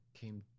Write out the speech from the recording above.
came